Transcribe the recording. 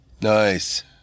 Nice